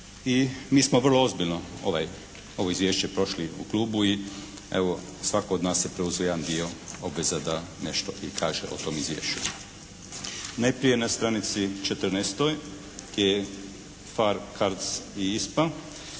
I mi smo vrlo ozbiljno ovaj, ovo izvješće prošli u Klubu i evo svako od nas je preuzeo jedan dio obveza da nešto i kaže o tom izvješću. Najprije na stranici 14. gdje je «PHARE»,